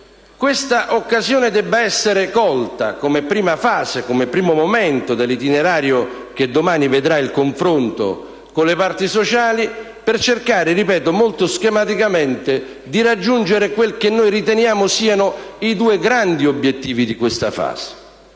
questa occasione debba essere colta come primo momento dell'itinerario che domani vedrà il confronto con le parti sociali, per cercare molto schematicamente di raggiungere quelli che noi riteniamo siano i due grandi obiettivi di questa fase.